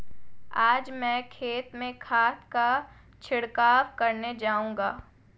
आज मैं खेत में खाद का छिड़काव करने जाऊंगा